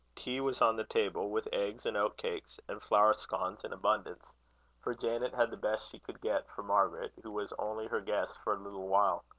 tea was on the table, with eggs, and oatcakes, and flour-scones in abundance for janet had the best she could get for margaret, who was only her guest for a little while.